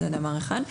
זה דבר אחד.